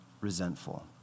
resentful